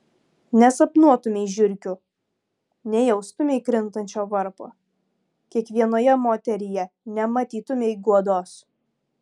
nesapnuotumei žiurkių nejaustumei krintančio varpo kiekvienoje moteryje nematytumei guodos